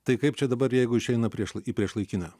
tai kaip čia dabar jeigu išeina prieš lai į priešlaikinę